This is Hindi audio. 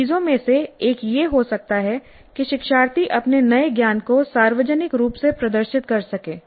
चीजों में से एक यह हो सकता है कि शिक्षार्थी अपने नए ज्ञान को सार्वजनिक रूप से प्रदर्शित कर सकें